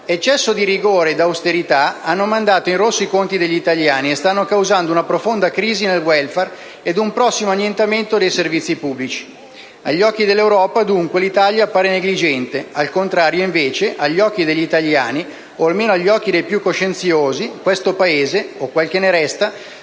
eccesso di rigore ed austerità hanno mandato in rosso i conti degli italiani e stanno causando una profonda crisi del *welfare* ed un prossimo annientamento dei servizi pubblici. Agli occhi dell'Europe, dunque, l'Italia appare negligente; al contrario, invece, agli occhi degli italiani, o almeno agli occhi dei più coscienziosi, questo Paese (o quel che ne resta)